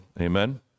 amen